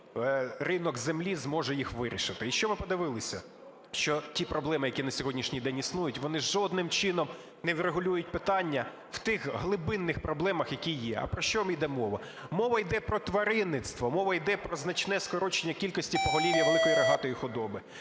ринок землі зможе їх вирішити. І що ми подивилися? Що ті проблеми, які на сьогоднішній день існують, вони жодним чином не врегулюють питання в тих глибинних проблемах, які є. А про що іде мова? Мова йде про тваринництво, мова йде значне скорочення кількості поголів'я великої рогатої худоби.